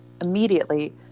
immediately